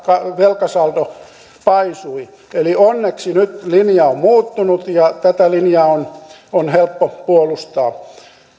velkasaldo paisui onneksi nyt linja on muuttunut ja tätä linjaa on on helppo puolustaa